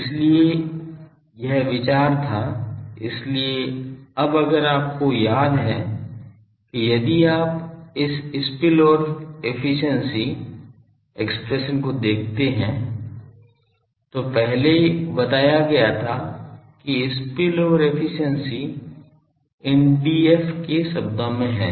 इसलिए यह विचार था इसलिए अब अगर आपको याद है कि यदि आप इस स्पिलओवर एफिशिएंसी एक्सप्रेशन को देखते हैं तो पहले बताया गया था कि स्पिलओवर एफिशिएंसी इन Df के शब्दों में है